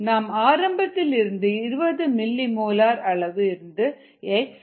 நாம் ஆரம்பத்தில் இருந்த 20 மில்லிமோலார் அளவு இருந்த X 7